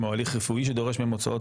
על העקרונות של החוק המוצע שאני הצעתי